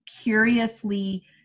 curiously